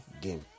game